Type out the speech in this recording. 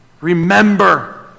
Remember